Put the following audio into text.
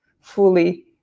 fully